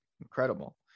Incredible